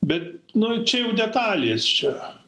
bet nu čia jau detalės čia